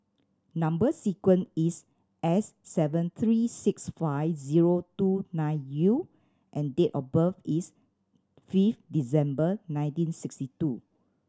number sequence is S seven three six five zero two nine U and date of birth is fifth December nineteen sixty two